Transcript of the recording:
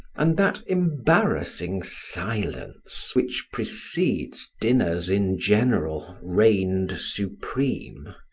and that embarrassing silence which precedes dinners in general reigned supreme.